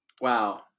wow